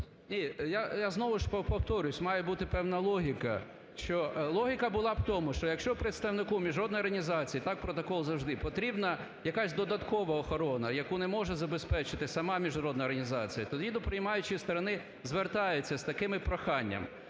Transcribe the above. Я знову ж повторюсь. Має бути певна логіка, що логіка була в тому, що якщо представнику міжнародної організації, так протокол завжди, потрібна якась додаткова охорона, яку не може забезпечити сама міжнародна організація, тоді до приймаючої сторони звертаються з таким проханням,